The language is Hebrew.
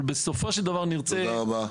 אבל בסופו של דבר נרצה --- תודה רבה.